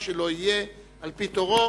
ומי שלא יהיה על-פי תורו,